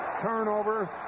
turnover